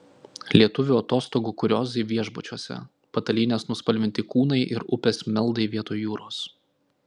lietuvių atostogų kuriozai viešbučiuose patalynės nuspalvinti kūnai ir upės meldai vietoj jūros